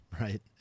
right